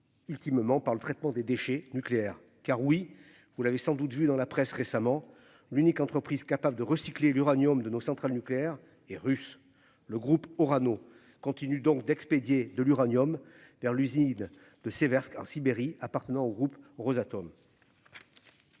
Il moment par le traitement des déchets nucléaires. Car oui, vous l'avez sans doute vu dans la presse récemment. L'unique entreprise capable de recycler l'uranium de nos centrales nucléaires et russe. Le groupe Orano continue donc d'expédier de l'uranium vers l'usine de Seversk en Sibérie appartenant au groupe Rosatom.